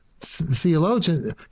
theologian